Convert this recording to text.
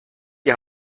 die